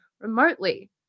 remotely